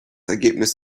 ergebnis